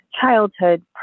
childhood